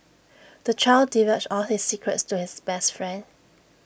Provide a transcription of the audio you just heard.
the child divulged all his secrets to his best friend